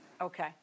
Okay